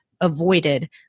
avoided